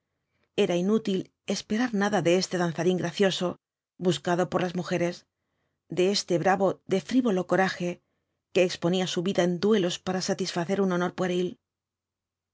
era inútil esperar nada de este danzarín gracioso buscado por jas mujeres de este bravo de frivolo coraje que exponía su vida en duelos para satisfacer un honor pueril